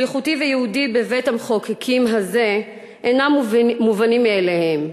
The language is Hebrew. שליחותי וייעודי בבית-המחוקקים הזה אינם מובנים מאליהם.